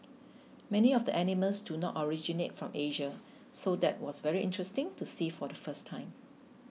many of the animals do not originate from Asia so that was very interesting to see for the first time